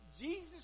Jesus